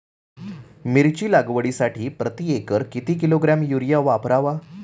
मिरची लागवडीसाठी प्रति एकर किती किलोग्रॅम युरिया वापरावा?